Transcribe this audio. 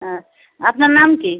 আচ্ছা আপনার নাম কী